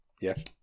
yes